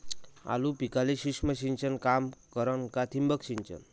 आलू पिकाले सूक्ष्म सिंचन काम करन का ठिबक सिंचन?